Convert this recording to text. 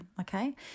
okay